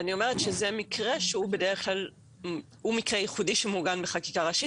אני אומרת שזה מקרה ייחודי שמעוגן בחקיקה ראשית